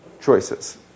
choices